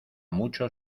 mucho